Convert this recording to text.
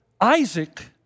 Isaac